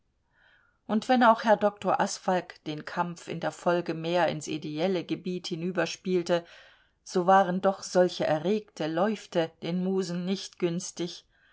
und wenn auch herr dr asfalg den kampf in der folge mehr ins ideelle gebiet hinüberspielte so waren doch solche erregte läufte den musen nicht günstig